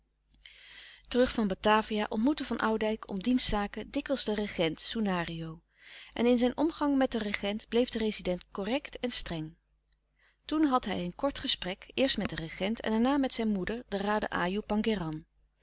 terug van batavia ontmoette van oudijck om dienstzaken dikwijls den regent soenario en in zijn omgang met den regent bleef de rezident correct en streng toen had hij een kort gesprek eerst met den regent en daarna met zijn moeder de